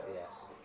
yes